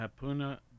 Hapuna